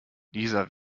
dieser